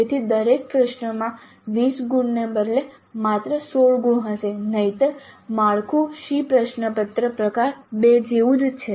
તેથી દરેક પ્રશ્નમાં 20 ગુણને બદલે માત્ર 16 ગુણ હશે નહિંતર માળખું SEE પ્રશ્નપત્ર પ્રકાર II જેવું જ છે